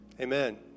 Amen